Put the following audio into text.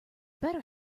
better